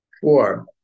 Four